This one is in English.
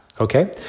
Okay